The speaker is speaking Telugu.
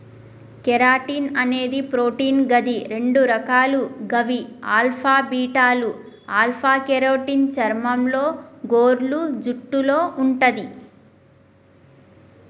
కెరటిన్ అనేది ప్రోటీన్ గది రెండు రకాలు గవి ఆల్ఫా, బీటాలు ఆల్ఫ కెరోటిన్ చర్మంలో, గోర్లు, జుట్టులో వుంటది